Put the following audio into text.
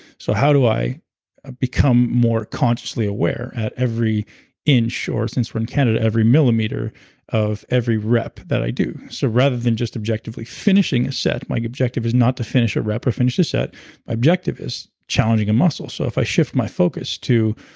so how do i become more consciously aware at every inch, or since we're in canada, every millimeter of every rep that i do? so rather than just objectively finishing a set, my objective is not to finish a rep or finish a set my objective is challenging a muscle. so if i shift my focus to